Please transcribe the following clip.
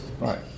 Right